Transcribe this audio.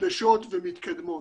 חדשות ומתקדמות.